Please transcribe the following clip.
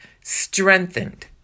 strengthened